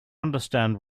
understand